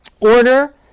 Order